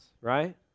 right